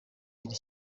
y’iri